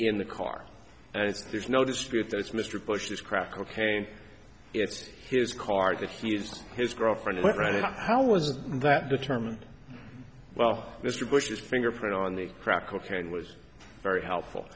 in the car and there's no dispute that it's mr bush's crack cocaine it's his car that he and his girlfriend went how was that determined well mr bush's fingerprint on the crack cocaine was very helpful